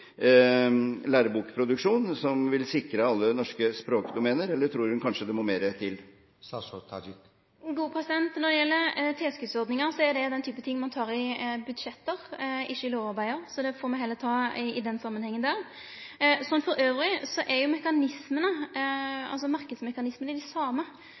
lærebokproduksjon, som vil sikre alle norske språkdomener, eller tror hun kanskje det må mer til? Når det gjeld tilskuddsordninga, er det ein type ting ein tar i budsjett – ikkje i lovarbeid – så det får me heller ta i den samanhengen. Elles er marknadsmekanismane dei same